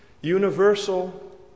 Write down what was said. universal